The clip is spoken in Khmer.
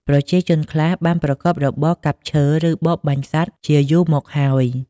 ប្រជាជនខ្លះបានប្រកបរបរកាប់ឈើ ឬបរបាញ់សត្វជាយូរមកហើយ។